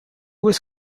was